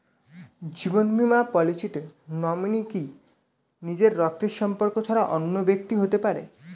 জীবন বীমা পলিসিতে নমিনি কি নিজের রক্তের সম্পর্ক ছাড়া অন্য ব্যক্তি হতে পারে?